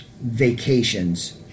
Vacations